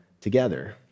together